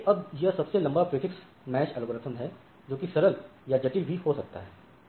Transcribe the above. इसलिए अब यह सबसे लंबा प्रीफिक्स मैच एल्गोरिथ्म है जो कि सरल या जटिल भी हो सकता है